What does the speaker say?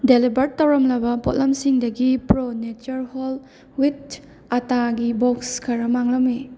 delivered ꯇꯧꯔꯝꯂꯕ ꯄꯣꯠꯂꯝꯁꯤꯡꯗꯒꯤ pro nature whole wheat ꯑꯇꯥꯒꯤ ꯕꯣꯛꯁ ꯈꯔ ꯃꯥꯡꯂꯝꯃꯤ